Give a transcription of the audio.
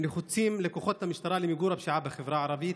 הנחוצים לכוחות המשטרה למיגור הפשיעה בחברה הערבית,